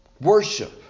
worship